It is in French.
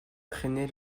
traînait